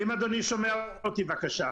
האם אדוני שומע אותי, בבקשה?